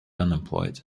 unemployed